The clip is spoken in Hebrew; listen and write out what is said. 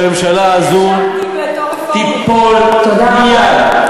שהממשלה הזאת תיפול מייד,